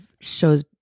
shows